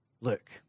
look